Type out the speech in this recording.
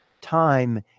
time